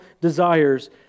desires